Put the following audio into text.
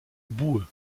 boueux